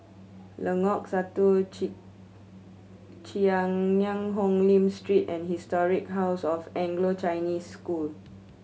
Lengkok Satu Cheang Hong Lim Street and Historic House of Anglo Chinese School